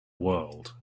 world